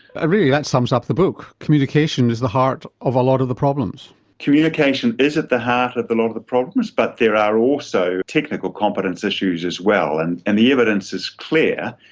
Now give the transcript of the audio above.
ah really that sums up the book communication is the heart of a lot of the problems. communication is at the heart of a lot of the problems but there are also technical competence issues as well and and the evidence is clear,